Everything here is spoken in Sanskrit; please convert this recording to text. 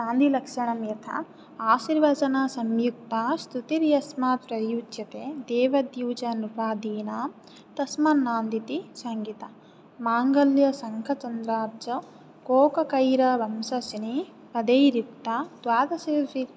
नान्दीलक्षणं यथा आशीर्वचनसंयुक्ता स्तुतिर्यस्मात् प्रयुज्यते देवद्विजनृपादीनां तस्मान्नान्दीति संज्ञिता माङ्गल्यशङ्कचन्द्राब्जकोककैरवंससिनीपदैर्युक्ता द्वादशभिः